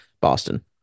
Boston